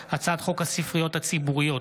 הצעת חוק פיקוח על מחירי מצרכים ושירותים (תיקון,